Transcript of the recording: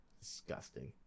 Disgusting